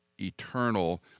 eternal